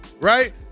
right